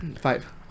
five